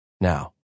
now